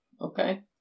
Okay